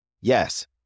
Yes